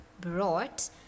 brought